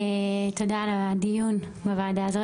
תודה על הדיון בוועדה הזאת.